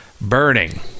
burning